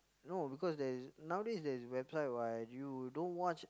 no because there's nowadays there's website what you don't watch